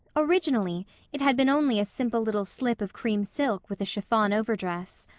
originally it had been only a simple little slip of cream silk with a chiffon overdress.